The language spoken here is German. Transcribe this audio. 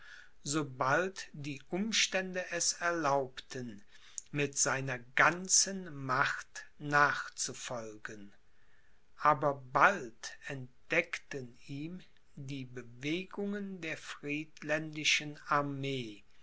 sobald die umstände es erlaubten mit seiner ganzen macht nachzufolgen aber bald entdeckten ihm die bewegungen der friedländischen armee